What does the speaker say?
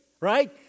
right